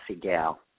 gal